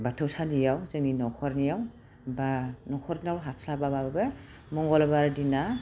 बाथौ सालियाव जोंनि नख'रनियाव बा नख'रनाव हास्लाबाबो मंगलबार दिना